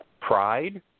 pride